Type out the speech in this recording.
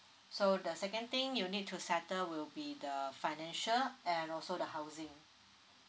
so the second thing you need to settle will be the financial and also the housing